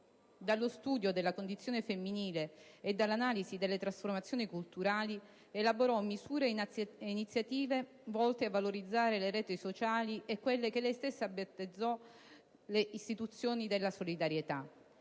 Dallo studio della condizione femminile e dall'analisi delle trasformazioni culturali, elaborò misure ed iniziative volte a valorizzare le reti sociali e quelle che lei stessa battezzò le «istituzioni della solidarietà».